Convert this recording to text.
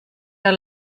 der